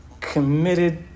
committed